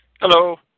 Hello